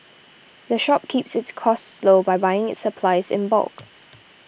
the shop keeps its costs low by buying its supplies in bulk